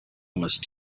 almost